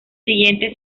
siguientes